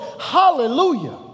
hallelujah